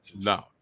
no